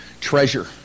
treasure